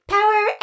Power